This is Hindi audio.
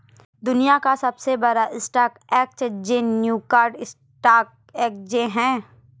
दुनिया का सबसे बड़ा stock exchange New York stock exchange है